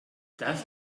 das